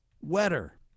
wetter